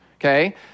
okay